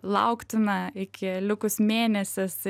lauktina iki likus mėnesis